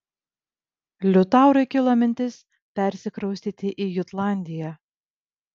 liutaurui kilo mintis persikraustyti į jutlandiją